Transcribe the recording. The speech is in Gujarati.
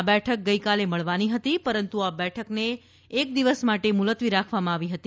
આ બેઠક ગઇકાલે મળવાની હતી પરંતુ એક દિવસ માટે મુલત્વી રાખવામાં આવી હતી